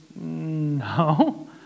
no